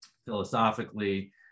philosophically